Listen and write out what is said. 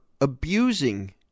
abusing